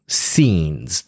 scenes